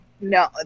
No